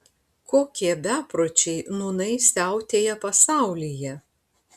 kokie bepročiai nūnai siautėja pasaulyje